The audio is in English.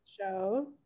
show